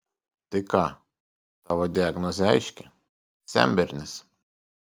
tai ką tavo diagnozė aiški senbernis